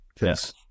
yes